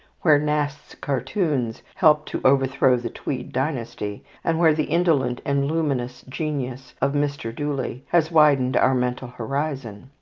where nast's cartoons helped to overthrow the tweed dynasty, and where the indolent and luminous genius of mr. dooley has widened our mental horizon.